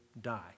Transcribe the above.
die